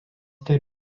taip